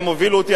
הם הובילו אותי.